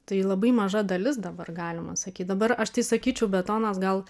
tai labai maža dalis dabar galima sakyt dabar aš tai sakyčiau betonas gal